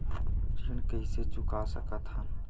ऋण कइसे चुका सकत हन?